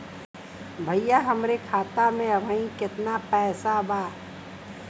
भईया हमरे खाता में अबहीं केतना पैसा बा?